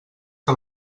que